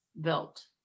built